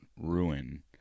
ruin